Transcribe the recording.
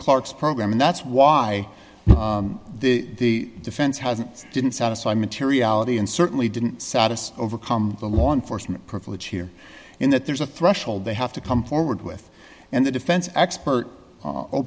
clarke's program and that's why the defense hasn't didn't satisfy materiality and certainly didn't satisfy overcome the law enforcement privilege here in that there's a threshold they have to come forward with and the defense expert